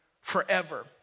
forever